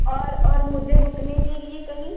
और और मुझे रुकने के लिए कहीं